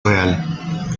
real